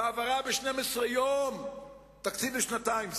בהעברה ב-12 יום תקציב לשנתיים.